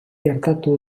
gertatu